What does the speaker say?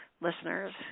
listeners